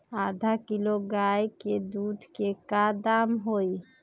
आधा किलो गाय के दूध के का दाम होई?